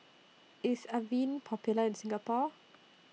IS Avene Popular in Singapore